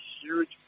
huge